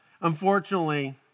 Unfortunately